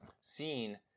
seen